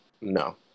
no